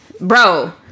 bro